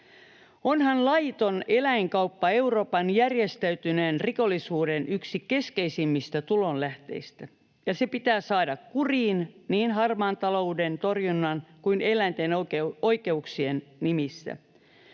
onhan laiton eläinkauppa Euroopan järjestäytyneen rikollisuuden yksi keskeisimmistä tulonlähteistä. Se pitää saada kuriin niin harmaan talouden torjunnan kuin eläinten oikeuksien nimissä.